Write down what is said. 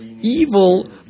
evil